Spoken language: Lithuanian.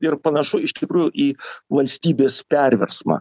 ir panašu iš tikrųjų į valstybės perversmą